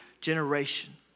generation